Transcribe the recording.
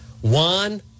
One